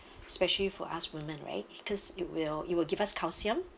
especially for us women right cause it will it will give us calcium